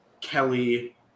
Kelly